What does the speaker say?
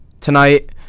tonight